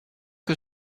que